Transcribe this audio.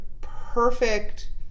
perfect